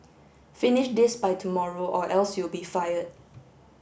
finish this by tomorrow or else you'll be fired